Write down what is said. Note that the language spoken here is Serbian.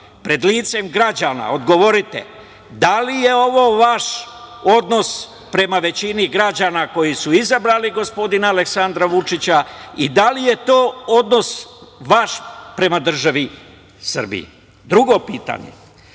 pred licem građana odgovorite da li je ovo vaš odnos prema većini građana koji su izabrali gospodina Aleksandra Vučića i da li je to odnos vaš prema državi Srbiji? Drugo pitanje,